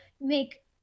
make